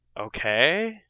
Okay